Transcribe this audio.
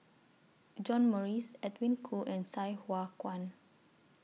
John Morrice Edwin Koo and Sai Hua Kuan